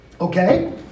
Okay